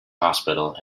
hospital